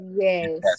Yes